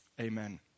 Amen